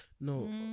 No